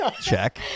Check